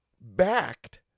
backed